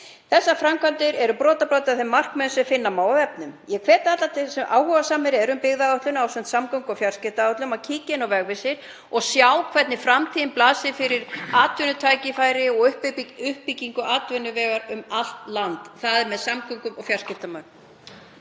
Þessar framkvæmdir eru brotabrot af þeim markmiðum sem finna má á vefnum. Ég hvet alla sem áhugasamir eru um byggðaáætlun og samgöngu- og fjarskiptaáætlun að kíkja inn á Vegvísi og sjá hvernig framtíðin blasir við fyrir atvinnutækifæri og uppbyggingu atvinnuvega um allt land, það er með samgöngum og fjarskiptamálum.